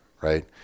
right